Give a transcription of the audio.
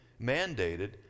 Mandated